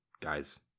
Guys